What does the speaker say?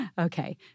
Okay